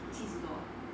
七十多